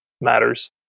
matters